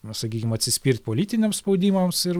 na sakykim atsispirt politiniams spaudimams ir